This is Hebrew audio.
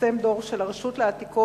התפרסם דוח של הרשות לעתיקות,